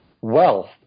wealth